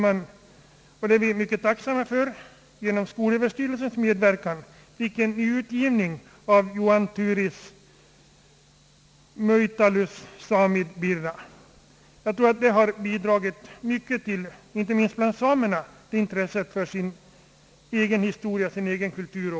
Vi är mycket tacksamma för att man genom skolöverstyrelsens medverkan fick en utgivning av Johan Turis Mui' talus såmiid birra. Jag tror att det bidragit mycket till att inte minst bland samerna öka intresset för egen historia och kultur.